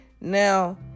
Now